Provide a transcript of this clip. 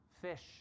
fish